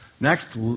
Next